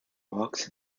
walks